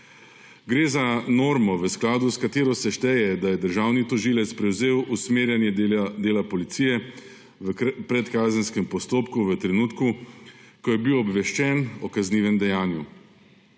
Gre za normo, v skladu s katero se šteje, da je državni tožilec prevzel usmerjanje dela policije v predkazenskem postopku v trenutku, ko je bil obveščen o kaznivem dejanju.